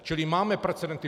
Čili máme precedenty.